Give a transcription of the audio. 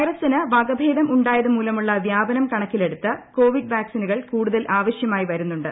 വൈറസിന് വകഭേദം ഉണ്ടായത് മൂലമുള്ള വ്യാപനം കണക്കിലെടുത്ത് കോവിഡ് വാക്സിനുകൾ കൂടുതൽ ആവശ്യമായി വരുന്നുണ്ട്